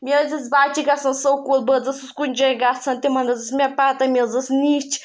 مےٚ حظ ٲسۍ بَچہِ گژھان سکوٗل بہٕ حظ ٲسٕس کُنہِ جاے گژھان تِمَن حظ ٲس مےٚ پَتہ مےٚ حظ ٲس نِچ